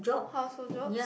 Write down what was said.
household job